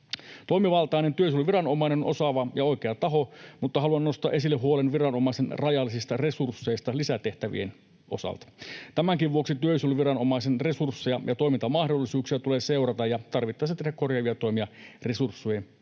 Toimivaltainen työsuojeluviranomainen on osaava ja oikea taho, mutta haluan nostaa esille huolen viranomaisen rajallisista resursseista lisätehtävien osalta. Tämänkin vuoksi työsuojeluviranomaisen resursseja ja toimintamahdollisuuksia tulee seurata ja tarvittaessa tehdä korjaavia toimia resurssien